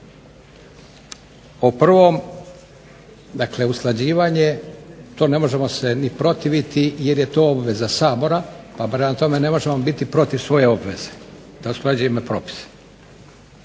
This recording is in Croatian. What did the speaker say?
O prvom dakle usklađivanje, to ne možemo se ni protiviti jer je to obveza Sabora, pa prema tome ne možemo biti protiv svoje obveze, da usklađujemo propise.